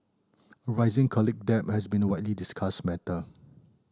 rising college debt has been a widely discussed matter